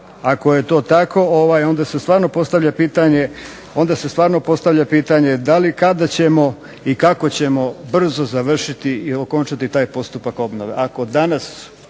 ako je to tako onda se stvarno postavlja pitanje da li, kada ćemo i kako ćemo brzo završiti i okončati taj postupak obnove